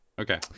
Okay